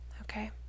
okay